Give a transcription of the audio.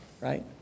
right